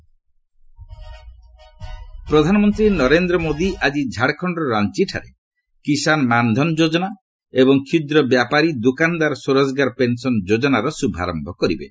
PM Kisan ଯୋଜନା ପ୍ରଧାନମନ୍ତ୍ରୀ ନରେନ୍ଦ୍ର ମୋଦୀ ଆଜି ଝାଡ଼ଖଣର ରାଞ୍ଚିଠାରେ କିଶାନ୍ ମାନ୍ ଧନ୍ ଯୋଜନା ଏବଂ କ୍ଷୁଦ୍ର ବ୍ୟାପାରୀ ଦୋକାନଦାର ସ୍ୱରୋଜଗାର ପେନ୍ସନ୍ ଯୋଜନାର ଶ୍ରଭାରମ୍ଭ କରିବେ